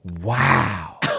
wow